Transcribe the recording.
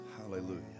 Hallelujah